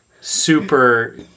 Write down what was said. super